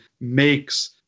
makes